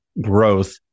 growth